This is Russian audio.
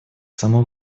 само